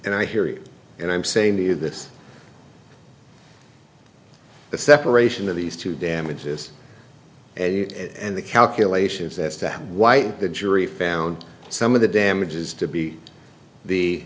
and i hear it and i'm saying to you this the separation of these two damages and the calculations as to why the jury found some of the damages to beat the